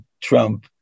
trump